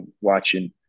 watching